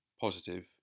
positive